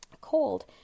cold